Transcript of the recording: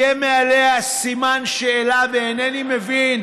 יהיה מעליה סימן שאלה, ואינני מבין